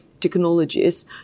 technologies